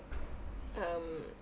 um